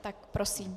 Tak prosím.